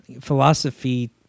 philosophy